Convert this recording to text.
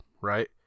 right